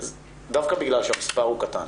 דווקא בגלל שהמספר הוא קטן,